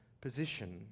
position